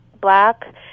black